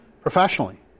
professionally